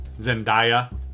Zendaya